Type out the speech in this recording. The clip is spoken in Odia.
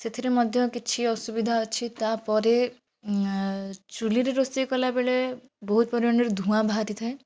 ସେଥିରେ ମଧ୍ୟ କିଛି ଅସୁବିଧା ଅଛି ତା'ପରେ ଚୂଲିରେ ରୋଷେଇ କଲାବେଳେ ବହୁତ ପରିମାଣରେ ଧୂଆଁ ବାହାରିଥାଏ